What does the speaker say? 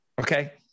Okay